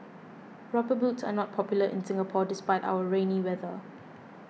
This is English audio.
rubber boots are not popular in Singapore despite our rainy weather